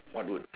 what would